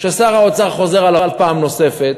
ושר האוצר חוזר עליו פעם נוספת.